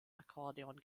akkordeon